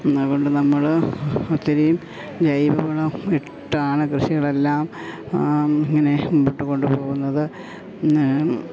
അതു കൊണ്ട് നമ്മൾ ഒത്തിരിയും ജൈവ വളം ഇട്ടാണ് കൃഷികളെല്ലാം അങ്ങനെ മുൻപോട്ടു കൊണ്ടു പോകുന്നത് ഞാൻ